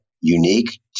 unique